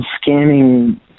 scanning